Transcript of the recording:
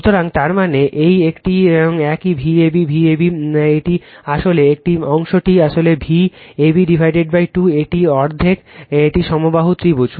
সুতরাং তার মানে এই একটি এই Vab Vab এটি আসলে এই অংশটি আসলে Vab 2 এটি অর্ধেক এটি সমবাহু ত্রিভুজ